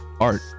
art